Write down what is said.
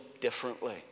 differently